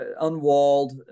unwalled